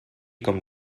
com